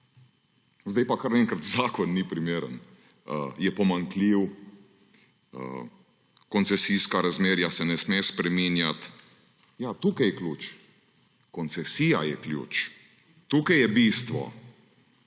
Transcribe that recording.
zdaj pa kar naenkrat zakon ni primeren, je pomanjkljiv, koncesijskih razmerij se ne sme spreminjati. Ja, tukaj je ključ, koncesija je ključ. Tukaj je bistvo.